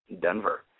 Denver